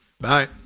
Bye